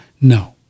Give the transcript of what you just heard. No